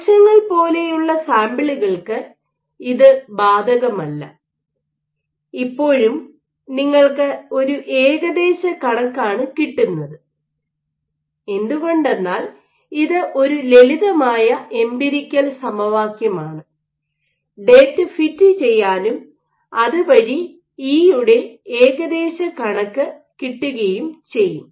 കോശങ്ങൾ പോലെയുള്ള സാമ്പിളുകൾക്ക് ഇത് ബാധകമല്ല ഇപ്പോഴും നിങ്ങൾക്ക് ഒരു ഏകദേശ കണക്കാണ് കിട്ടുന്നത് എന്തുകൊണ്ടെന്നാൽ ഇത് ഒരു ലളിതമായ എംപിരിക്കൽ സമവാക്യമാണ് ഡേറ്റ ഫിറ്റ് ചെയ്യാനും അതുവഴി ഇ യുടെ ഏകദേശ കണക്ക് കിട്ടുകയും ചെയ്യും